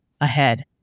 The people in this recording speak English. ahead